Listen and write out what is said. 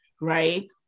right